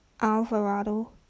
Alvarado